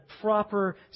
proper